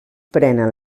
prenen